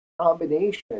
combination